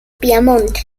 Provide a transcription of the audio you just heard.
piamonte